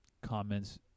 comments